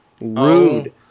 rude